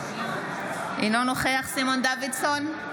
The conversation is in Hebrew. אינו נוכח סימון דוידסון,